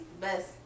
best